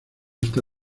esta